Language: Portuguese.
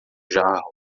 jarro